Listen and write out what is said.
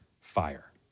fire